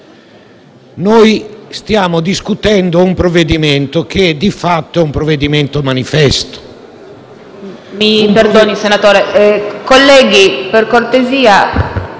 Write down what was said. Noi stiamo discutendo un provvedimento che di fatto è un provvedimento manifesto.